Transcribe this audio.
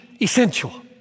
essential